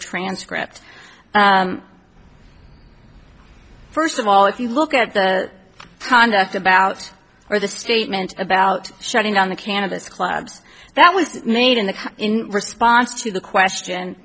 transcript first of all if you look at the conduct about or the statement about shutting down the cannabis clubs that was made in the in response to the question